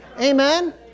Amen